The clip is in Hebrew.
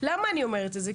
למה אני אומרת את זה?